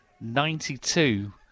ninety-two